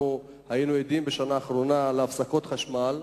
אנחנו היינו עדים בשנה האחרונה להפסקות חשמל,